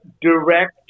direct